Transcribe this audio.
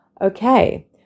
okay